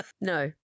no